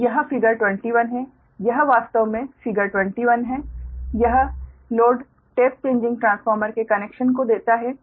तो यह फिगर 21 है यह वास्तव में फिगर 21 है यह लोड टेप चेंजिंग ट्रांसफार्मर के कनेक्शन को देता है